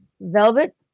velvet